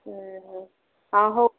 ହଁ ହଁ ହଉ ହଉ